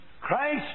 Christ